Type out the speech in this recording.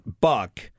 buck